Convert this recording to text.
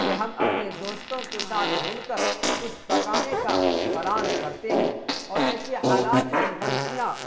کہ ہم اپنے دوستوں کے ساتھ مل کر کچھ پکانے کا پلان کرتے ہیں اور ایسے حالات میں غلطیاں